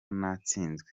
natsinzwe